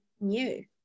new